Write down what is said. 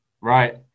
Right